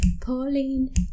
Pauline